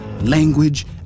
language